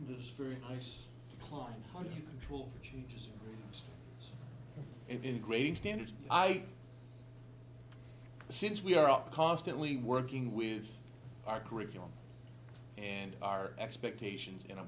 this very nice cline how do you control changes in grading standards i since we are constantly working with our curriculum and our expectations you know